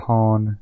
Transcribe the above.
Pawn